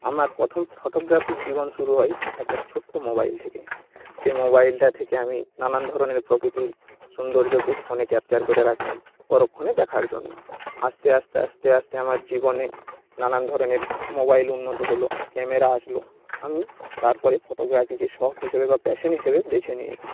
আমার পোথম ফটোগ্রাফির জীবন শুরু হয় একটা ছোট্ট মোবাইল থেকে সেই মোবাইলটা থেকে আমি নানান ধরনের প্রকৃতির সৌন্দর্যকে ফোনে ক্যাপচার করে রাখতাম পরক্ষণে দেখার জন্য আস্তে আস্তে আস্তে আস্তে আমার জীবনে নানান ধরনের মোবাইল উন্নত হলো ক্যামেরা আসলো আমি তারপরে ফটোগ্রাফিকে শখ হিসেবে বা প্যাশান হিসেবে বেছে নিয়েছি